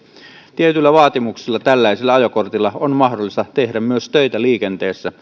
tietyillä vaatimuksilla tällaisella ajokortilla on mahdollista tehdä myös töitä liikenteessä